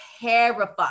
terrified